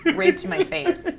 raped my face,